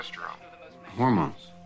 Hormones